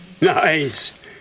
Nice